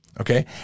Okay